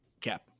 cap